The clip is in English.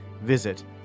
Visit